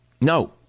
No